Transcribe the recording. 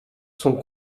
sont